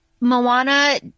Moana